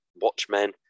Watchmen